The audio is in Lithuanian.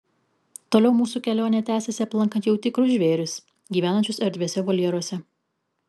toliau mūsų kelionė tęsėsi aplankant jau tikrus žvėris gyvenančius erdviuose voljeruose